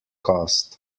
caused